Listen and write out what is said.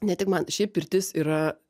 ne tik man šiaip pirtis yra